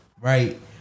Right